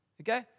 Okay